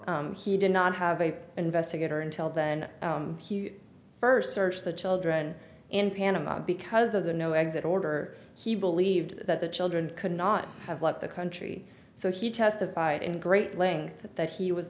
bono he did not have a investigator until then he first searched the children in panama because of the no exit order he believed that the children could not have left the country so he testified in great length that he was